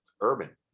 Urban